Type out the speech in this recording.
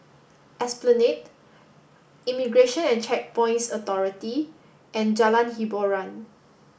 Esplanade Immigration and Checkpoints Authority and Jalan Hiboran